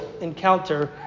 encounter